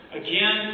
again